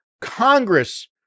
Congress